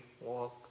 walk